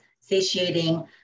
satiating